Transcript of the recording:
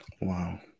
wow